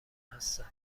هستند